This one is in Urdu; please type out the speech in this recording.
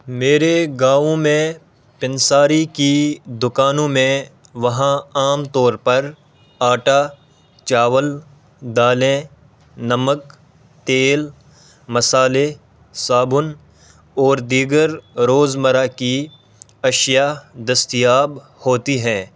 میرے گاؤں میں پنساری کی دکانوں میں وہاں عام طور پر آٹا چاول دالیں نمک تیل مسالے صابن اور دیگر روزمرہ کی اشیاء دستیاب ہوتی ہیں